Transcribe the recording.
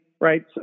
Right